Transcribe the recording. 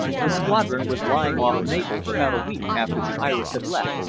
the squadron was lying off naples about a week after the iris had left,